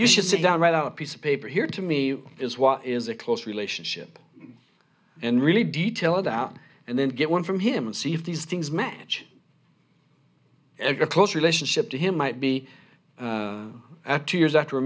you should sit down write out piece of paper here to me is what is a close relationship and really detail about and then get one from him and see if these things match eg a close relationship to him might be at two years after